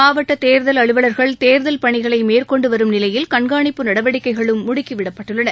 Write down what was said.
மாவட்ட தேர்தல் அலுவலர்கள் தேர்தல் பணிகளை மேற்கொண்டு வரும் நிலையில் கண்காணிப்பு நடவடிக்கைகளும் முடுக்கிவிடப்பட்டுள்ளன